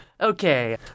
Okay